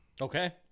Okay